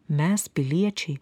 mes piliečiai